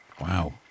Wow